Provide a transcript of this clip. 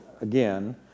again